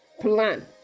plan